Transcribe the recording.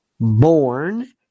born